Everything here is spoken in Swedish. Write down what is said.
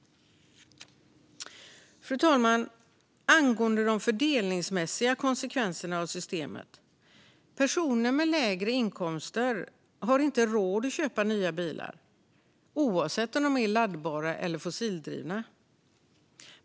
Fru talman! Angående de fördelningsmässiga konsekvenserna av systemet: Personer med lägre inkomster har inte råd att köpa nya bilar oavsett om de är laddbara eller fossildrivna.